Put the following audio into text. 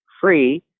free